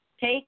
Take